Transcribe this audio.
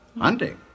hunting